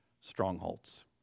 strongholds